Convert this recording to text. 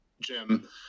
Jim